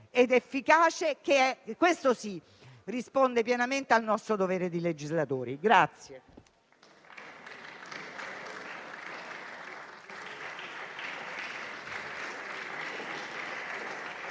ed efficace e questo risponde pienamente al nostro dovere di legislatori.